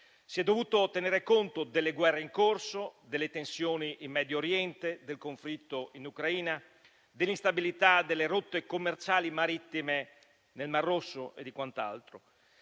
Si sono dovuti tenere in conto le guerre in corso, le tensioni in Medio Oriente, il conflitto in Ucraina, l'instabilità delle rotte commerciali marittime nel Mar Rosso e quant'altro.